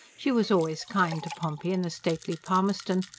she was always kind to pompey and the stately palmerston,